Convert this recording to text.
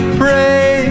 pray